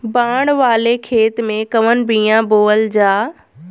बाड़ वाले खेते मे कवन बिया बोआल जा?